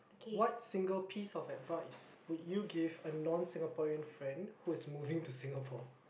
what single piece of advice would you give a non Singaporean friend who is moving to Singapore